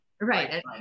Right